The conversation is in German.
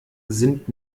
sind